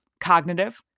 cognitive